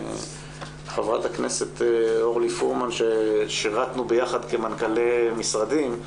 חברת הכנסת אורלי פרומן ששירתנו ביחד כמנכ"לי משרדים,